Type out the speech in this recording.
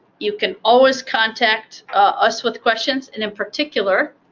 you can always contact us with questions. and in particular,